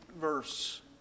verse